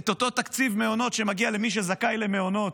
את אותו תקציב מעונות שמגיע למי שזכאי למעונות,